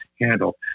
handle